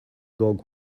dog